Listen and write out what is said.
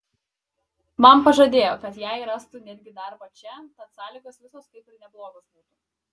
man pažadėjo kad jai rastų netgi darbą čia tad sąlygos visos kaip ir neblogos būtų